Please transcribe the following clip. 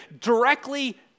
directly